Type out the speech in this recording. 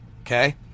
Okay